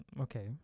Okay